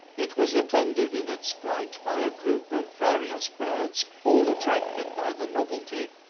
it was attended in its flight by a group of various birds, all attracted by the novelty,